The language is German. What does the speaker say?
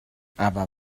aber